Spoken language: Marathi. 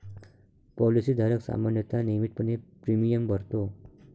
पॉलिसी धारक सामान्यतः नियमितपणे प्रीमियम भरतो